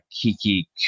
Kiki